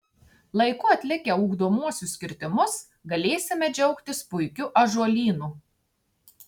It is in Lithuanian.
laiku atlikę ugdomuosius kirtimus galėsime džiaugtis puikiu ąžuolynu